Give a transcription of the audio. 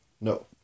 No